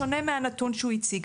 שונה מהנתון שהוא הציג.